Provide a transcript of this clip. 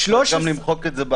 צריך למחוק את זה גם